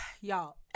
y'all